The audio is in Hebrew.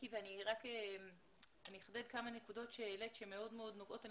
אני אחדד כמה נקודות שהעלית שמאוד מאוד נוגעות גם